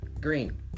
green